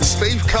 Steve